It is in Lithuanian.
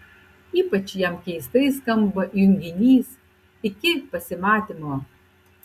ypač jam keistai skamba junginys iki pasimatymo